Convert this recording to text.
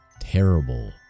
terrible